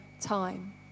time